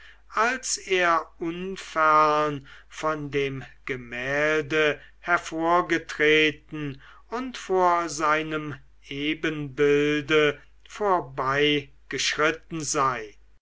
als er unfern von dem gemälde hervorgetreten und vor seinem ebenbilde vorbeigeschritten sei